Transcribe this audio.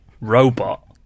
robot